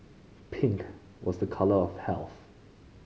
pink was a colour of health